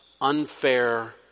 unfair